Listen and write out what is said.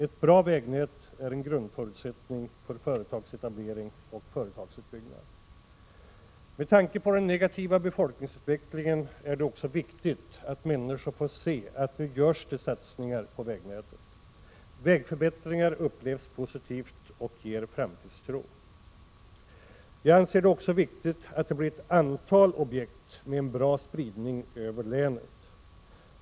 Ett bra vägnät är en grundförutsättning för företagsetablering och företagsutbyggnad. Med tanke på den negativa befolkningsutvecklingen är det också viktigt att människor får se att det nu görs satsningar på vägnätet. Vägförbättringar upplevs som någonting positivt och ger framtidstro. Vidare anser jag. det vara viktigt att det blir ett antal objekt med god spridning över länet.